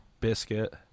biscuit